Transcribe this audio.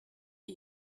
die